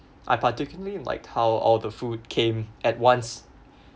I particularly liked how all the food came at once